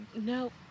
No